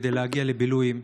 כדי להגיע לבילויים.